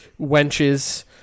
wenches